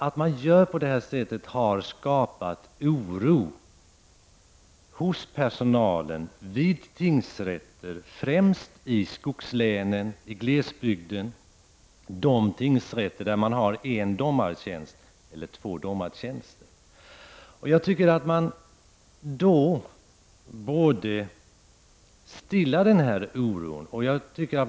Att man gör på detta sätt skapar oro hos personalen vid tingsrätterna, främst i skogslänen och glesbygden. Det gäller de tingsrätter där man har en eller två domartjänster. Jag tycker att man borde stilla denna oro.